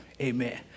amen